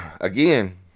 Again